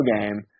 game –